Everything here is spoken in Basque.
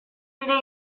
nire